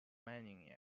mining